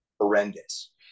horrendous